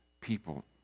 people